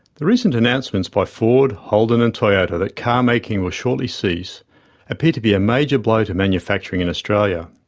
the recent announcements by ford, holden and toyota that car making will shortly cease appear to be a major blow to manufacturing in australia.